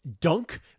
dunk